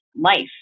life